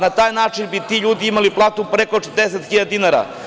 Na taj način bi ti ljudi imali platu preko 40.000 dinara.